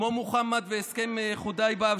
כמו מוחמד והסכם חודיבייה,